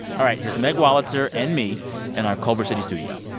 all right, here's meg wolitzer and me in our culver city studio.